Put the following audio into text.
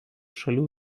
šalių